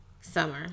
summer